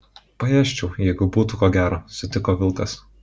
paėsčiau jeigu būtų ko gero sutiko vilkas